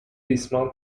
ریسمان